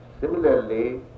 Similarly